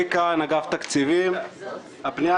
הפנייה